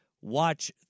watch